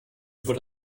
über